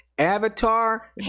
avatar